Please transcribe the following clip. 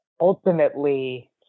ultimately